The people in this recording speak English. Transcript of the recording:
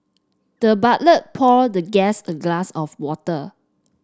the butler poured the guest a glass of water